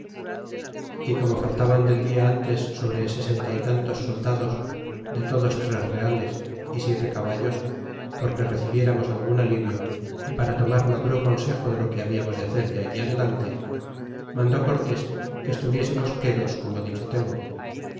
y como faltaban del dia ntes sobre sesenta y tantos soldados de todos tres reales y siete caballos porque recibiéramos algun alivio y para tornar maduro consejo de lo que habiamos de hacer de allí adelante mandó cortés que estuviésemos quedos como dicho tengo